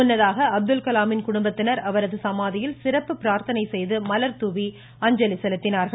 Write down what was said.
முன்னதாக அப்துல்கலாமின் குடும்பத்தினர் அவரது சமாதியில் சிறப்பு பிரார்த்தனை செய்து மலர்தூவி அஞ்சலி செலுத்தினர்